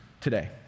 today